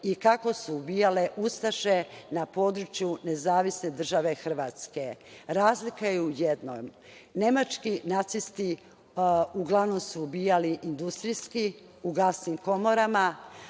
i kako su ubijale ustaše na području NDH. Razlika je u jednom, nemački nacisti uglavnom su ubijali industrijski, u gasnim komorama,